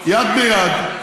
יד ביד,